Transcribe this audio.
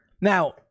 Now